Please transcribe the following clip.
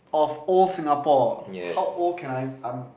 of old Singapore how old can I um